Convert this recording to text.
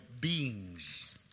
beings